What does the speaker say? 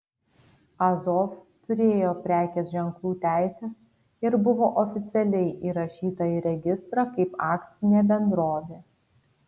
azov turėjo prekės ženklų teises ir buvo oficialiai įrašyta į registrą kaip akcinė bendrovė